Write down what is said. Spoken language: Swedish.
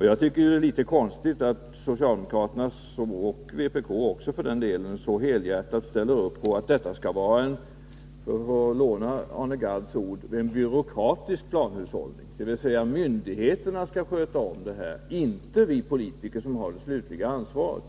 Jag tycker det är litet konstigt att socialdemokraterna, och vpk också för den delen, så helhjärtat ställer upp på att detta — för att låna Arne Gadds ord — skall vara en byråkratisk planhushållning, dvs. att myndigheterna skall sköta om detta och inte vi politiker, som har det slutliga ansvaret.